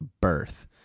birth